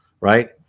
right